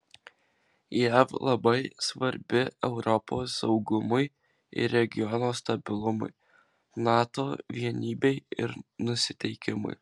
jav labai svarbi europos saugumui ir regiono stabilumui nato vienybei ir nusiteikimui